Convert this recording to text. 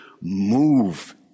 move